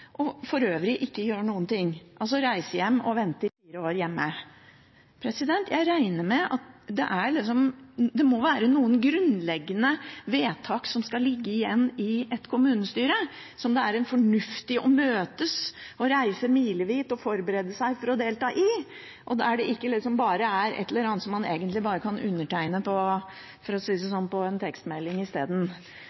og for øvrig ikke gjøre noen ting, altså reise hjem og vente i fire år hjemme? Det må jo være noen grunnleggende vedtak som skal ligge igjen i et kommunestyre, som gjør at det er fornuftig å møtes, å reise milevis og forberede seg for å delta, og der det ikke bare er et eller annet man egentlig bare kan undertegne på i en tekstmelding i stedet. Hvis det skal være et levende lokaldemokrati, må det jo være slik at lokalpolitikere faktisk skal være med på